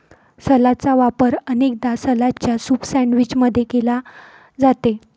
सलादचा वापर अनेकदा सलादच्या सूप सैंडविच मध्ये केला जाते